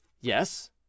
Yes